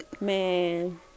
man